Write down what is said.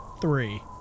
three